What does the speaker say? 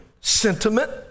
sentiment